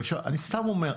אני סתם אומר,